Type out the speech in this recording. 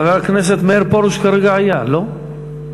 חבר הכנסת מאיר פרוש כרגע היה, לא?